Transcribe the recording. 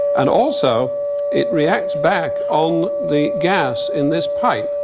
and also it reacts back on the gas in this pipe.